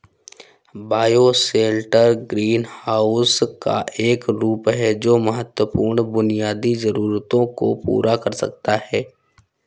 bioshelter greenhouse का एक रूप है जो महत्वपूर्ण बुनियादी जरूरतों को पूरा कर सकता है